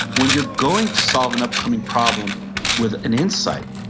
when you're going to solve an upcoming problem with an insight,